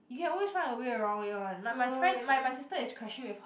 you can always find a way around it one my my friend my my sister is crashing with her